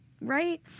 right